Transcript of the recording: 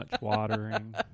watering